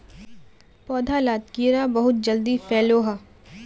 पौधा लात कीड़ा बहुत जल्दी फैलोह